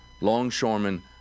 longshoremen